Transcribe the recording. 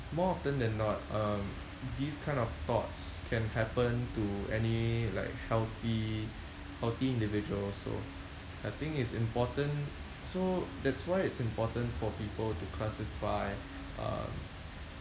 more often than not um this kind of thoughts can happen to any like healthy healthy individual also I think it's important so that's why it's important for people to classify um